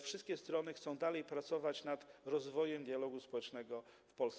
Wszystkie strony chcą dalej pracować nad rozwojem dialogu społecznego w Polsce.